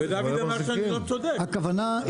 הכוונה,